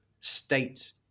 state